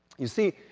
you see,